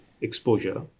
exposure